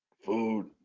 food